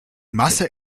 masse